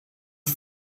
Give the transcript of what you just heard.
ist